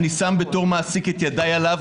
אני שם בתור מעסיק את ידיי עליו,